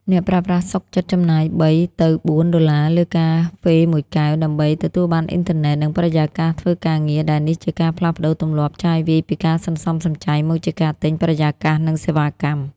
អ្នកប្រើប្រាស់សុខចិត្តចំណាយ ៣-៤ ដុល្លារលើកាហ្វេមួយកែវ ដើម្បីទទួលបានអ៊ីនធឺណិត និងបរិយាកាសធ្វើការងារ ដែលនេះជាការផ្លាស់ប្តូរទម្លាប់ចាយវាយពីការសន្សំសំចៃ មកជាការទិញ "បរិយាកាស និងសេវាកម្ម"។